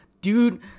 dude